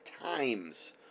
times